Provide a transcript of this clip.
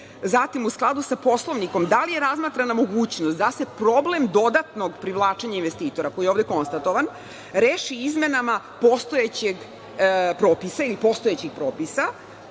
Zatim, u skladu sa Poslovnikom da li je razmatrana mogućnost da se problem dodatnog privlačenja investitora koji je ovde konstatovan reši izmenama postojećeg propisa i postojećih propisa